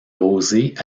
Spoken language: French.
rosée